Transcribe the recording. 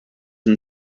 and